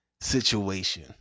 situation